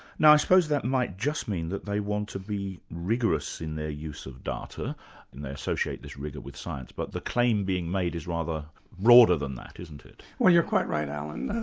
now i suppose that might just mean that they want to be rigorous in their use of data and they associate this rigour with science. but the claim being made is rather broader than that, isn't it? well you're quite right, alan.